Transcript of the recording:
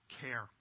care